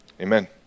amen